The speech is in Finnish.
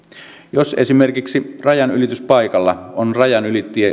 jos esimerkiksi rajanylityspaikalla on rajanylittäjiä